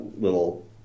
little